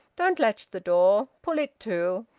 don't latch the door. pull it to.